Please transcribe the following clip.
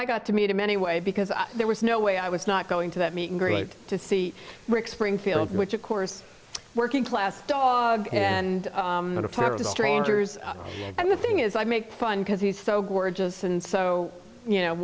i got to meet him anyway because there was no way i was not going to that meet and greet to see rick springfield which of course working class dog and going to talk to strangers and the thing is i make fun because he's so gorgeous and so you know